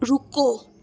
रुको